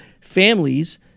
families